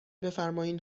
بفرمایین